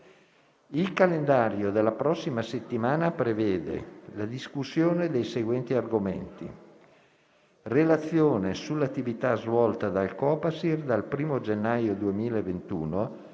Il calendario della prossima settimana prevede la discussione dei seguenti argomenti: relazione sull'attività svolta dal Copasir dal 1° gennaio 2021